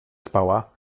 spała